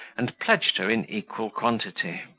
and pledged her in equal quantity.